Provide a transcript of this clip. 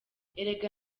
erega